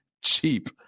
cheap